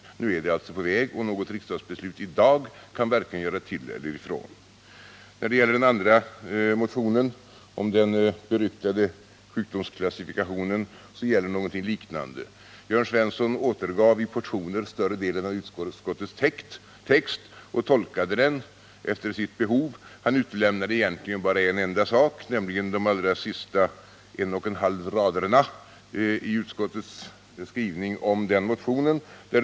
Nu är alltså en lagstiftning på väg, och något riksdagsbeslut i dag kan varken göra till eller ifrån. När det gäller den andra motionen, om den beryktade sjukdomsklassifikationen, gäller någonting liknande. Jörn Svensson återgav i portioner större delen av utskottets text och tolkade den efter sitt behov. Han utelämnade egentligen bara en enda sak, nämligen de allra sista en och en halv raderna i utskottets skrivning om den motionen.